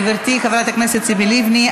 גברתי חברת הכנסת ציפי לבני,